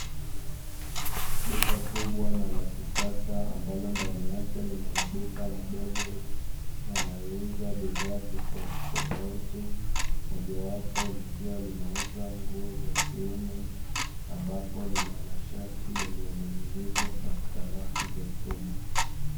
Duka kubwa na la kisasa ambalo ndani yake lina maduka madogo yanayouza bidhaa tofautitofauti, mojawapo likiwa linauza nguo za kiume ambapo lina mashati yaliyoning'inizwa katika rafu za chuma.